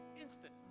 Instant